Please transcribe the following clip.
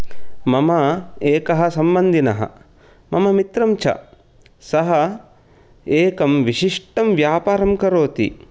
मम एकः सम्बन्धिनः मम मित्रं च सः एकं विशिष्टं व्यापारं करोति